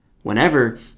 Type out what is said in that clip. Whenever